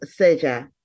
Seja